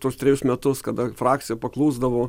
tuos trejus metus kada frakcija paklusdavo